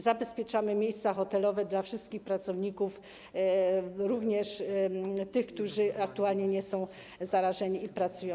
Zabezpieczamy miejsca hotelowe dla wszystkich pracowników, również tych, którzy aktualnie nie są zarażeni i pracują.